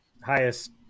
highest